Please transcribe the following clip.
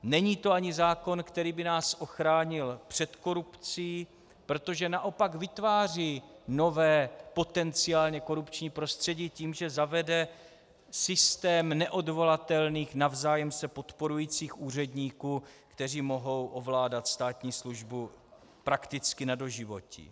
Není to ani zákon, který by nás ochránil před korupcí, protože naopak vytváří nové potenciálně korupční prostředí tím, že zavede systém neodvolatelných navzájem se podporujících úředníků, kteří mohou ovládat státní službu prakticky na doživotí.